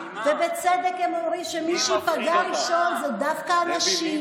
ובצדק הם אומרים שמי שייפגע ראשון זה דווקא הנשים.